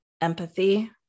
empathy